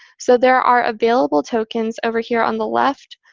so there are available tokens over here on the left.